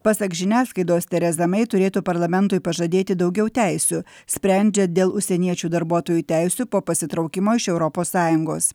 pasak žiniasklaidos tereza mei turėtų parlamentui pažadėti daugiau teisių sprendžiant dėl užsieniečių darbuotojų teisių po pasitraukimo iš europos sąjungos